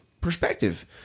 perspective